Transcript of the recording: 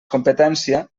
competència